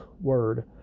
word